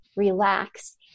Relax